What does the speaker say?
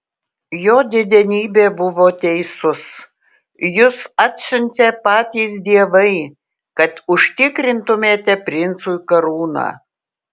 jo didenybė buvo teisus jus atsiuntė patys dievai kad užtikrintumėte princui karūną